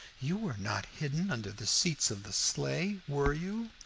you were not hidden under the seats of the sleigh, were you?